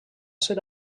ser